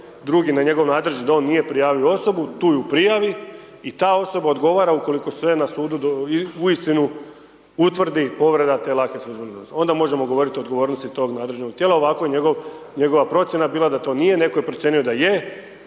drugima, njegov nadređeni da on nije prijavio osobu tu u prijavi i ta osoba odgovara ukoliko sve na sudu uistinu utvrdi povreda te lake službene dužnosti, onda možemo govoriti o odgovornosti tog nadređenog tijela, ovako je njegova procjena bila da to nije, netko je procijenio da je,